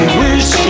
wish